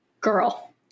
girl